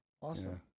awesome